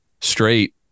straight